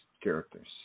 characters